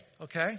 okay